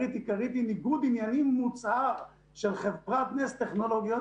העיקרית היא ניגוד עניינים מוצהר של חברת נס טכנולוגיות